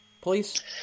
please